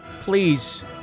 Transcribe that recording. Please